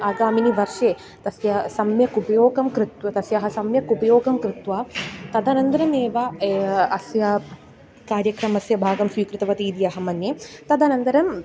आगामिनि वर्षे तस्य सम्यक् उपयोगं कृत्वा तस्याः सम्यक् उपयोगं कृत्वा तदनन्दरमेव अस्य कार्यक्रमस्य भागं स्वीकृतवती इति अहं मन्ये तदनन्दरं